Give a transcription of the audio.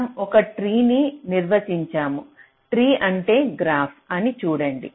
మనం ఒక ట్రీ ను నిర్వచించాము ట్రీ అంటే గ్రాఫ్ అని చూడండి